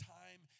time